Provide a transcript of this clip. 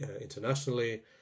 internationally